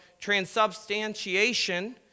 transubstantiation